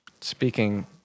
speaking